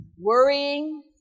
worrying